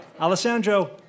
Alessandro